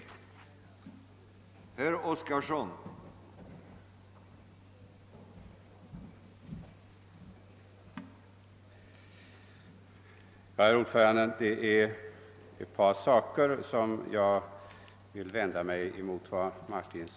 Jag yrkar bifall till utskottets hemställan.